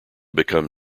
become